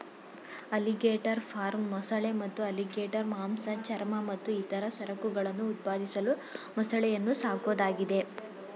alligator farm ಮೊಸಳೆ ಮತ್ತು alligator ಮಾಂಸ ಚರ್ಮ ಮತ್ತು ಇತರ ಸರಕುಗಳನ್ನು ಉತ್ಪಾದಿಸಲು ಮೊಸಳೆಯನ್ನು ಸಾಕೋದಾಗಿದೆ